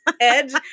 edge